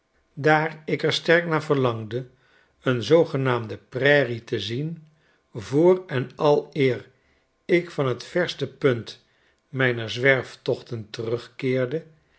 daar ik er sterk naar verlangde een zoogenaamde prairie te zien voor en aleer ik van t verste punt mijner zwerftochten terugkeerde